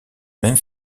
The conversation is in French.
même